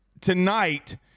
tonight